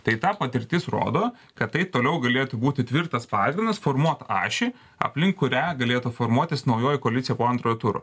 tai tą patirtis rodo kad tai toliau galėtų būti tvirtas pagrindas formuot ašį aplink kurią galėtų formuotis naujoji koalicija po antrojo turo